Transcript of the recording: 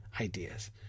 ideas